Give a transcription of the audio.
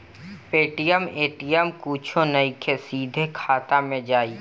Paytm ATM कुछो नइखे, सीधे खाता मे जाई